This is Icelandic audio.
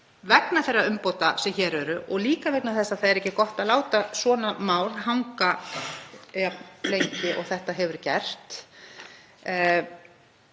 vegna þeirra umbóta sem hér eru og líka vegna þess að það er ekki gott að láta svona mál hanga jafn lengi og þetta hefur gert.